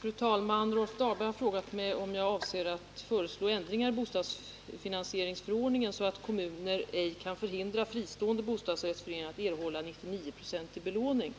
Fru talman! Rolf Dahlberg har frågat mig 1. om jag avser att föreslå ändringar i bostadsfinansieringsförordningen så att kommuner ej kan förhindra fristående bostadsrättsföreningar att erhålla 99 90 belåning